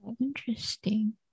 interesting